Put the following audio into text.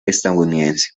estadounidense